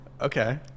Okay